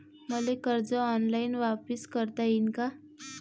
मले कर्ज ऑनलाईन वापिस करता येईन का?